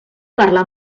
parlar